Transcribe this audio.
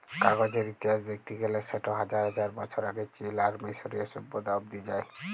কাগজের ইতিহাস দ্যাখতে গ্যালে সেট হাজার হাজার বছর আগে চীল আর মিশরীয় সভ্যতা অব্দি যায়